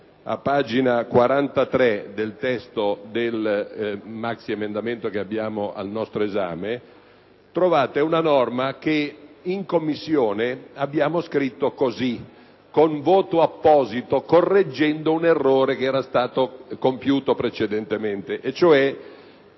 a pagina 43 del testo del maxiemendamento al nostro esame trovate una norma che in Commissione abbiamo scritto così con voto apposito, correggendo un errore che era stato compiuto precedentemente, nel